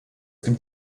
gibt